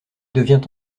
devient